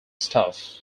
staff